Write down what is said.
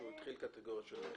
שהוא התחיל קטגוריה של נכה.